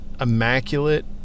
immaculate